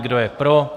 Kdo je pro?